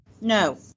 No